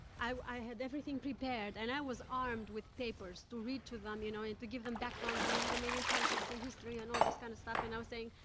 i had everything prepared. and i was armed with papers to read to them, you know, and to give them background on romanian politics and history and all this kind of stuff, and i was saying,